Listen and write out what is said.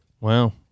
Wow